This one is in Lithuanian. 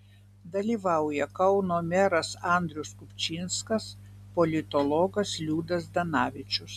dalyvauja kauno meras andrius kupčinskas politologas liudas zdanavičius